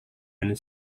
and